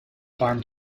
farm